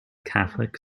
catholic